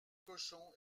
cochons